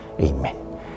Amen